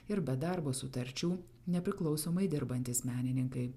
ir be darbo sutarčių nepriklausomai dirbantys menininkai